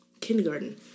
kindergarten